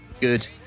good